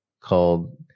called